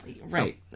Right